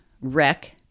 wreck